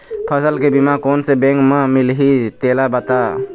फसल के बीमा कोन से बैंक म मिलही तेला बता?